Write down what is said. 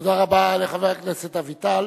תודה רבה לחבר הכנסת אביטל.